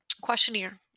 questionnaire